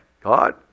God